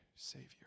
Savior